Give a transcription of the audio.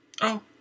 Oh